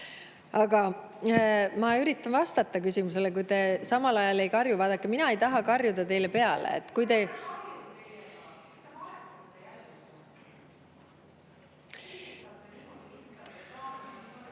Aga ma üritan vastata küsimusele, kui te samal ajal ei karju. Vaadake, mina ei taha karjuda teile peale … (Kert